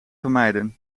vermijden